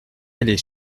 allait